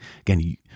Again